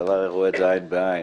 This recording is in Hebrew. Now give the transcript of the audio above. הצבא רואה את זה עין בעין,